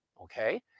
Okay